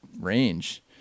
range